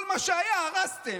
כל מה שהיה הרסתם.